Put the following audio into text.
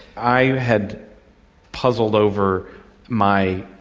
i had puzzled over my,